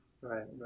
Right